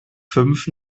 fünf